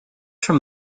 from